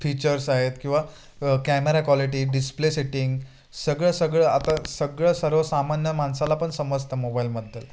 features आहेत किंवा camera quality display setting सगळं सगळं आता सगळं सर्वसामान्य माणसाला पण समजतं मोबाईलमधलं